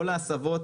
לא להסבות,